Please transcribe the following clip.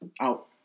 Out